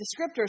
descriptors